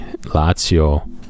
Lazio